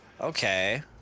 Okay